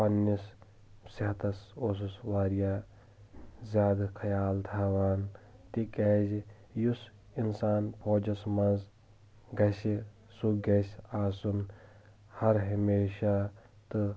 پَننِس صٮ۪حتَس اوسُس واریاہ زیادٕ خیال تھاوان تِکیازِ یُس انسان فوجَس منٛز گَژھِ سُہ گَژِھ آسُن ہَر ہِمیشا تہٕ